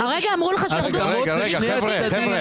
הרגע אמרו לך שירדו מ-37 ל-10.